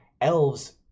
Elves